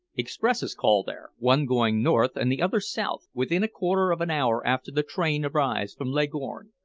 expresses call there, one going north and the other south, within a quarter of an hour after the train arrives from leghorn.